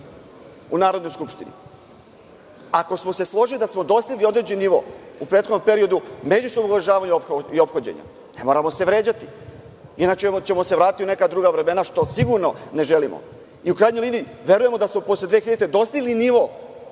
u Narodnoj skupštini. Ako smo se složili da smo dostigli određeni nivo u prethodnom periodu, međusobnog uvažavanja i ophođenja, ne moramo se vređati, inače ćemo se vratiti u neka druga vremena, što sigurno ne želimo.U krajnjoj liniji, verujemo da smo posle 2000. godine dostigli nivo